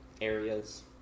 areas